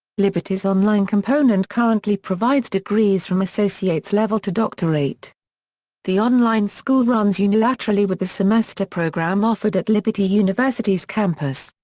liberty's online component currently provides degrees from associates level to doctorate. the online school runs unilaterally with the semester program offered at liberty university's campus.